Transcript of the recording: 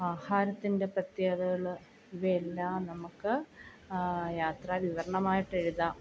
ആഹാരത്തിൻ്റെ പ്രത്യേകതകൾ ഇവയെല്ലാം നമുക്ക് യാത്രാവിവരണമായിട്ട് എഴുതാം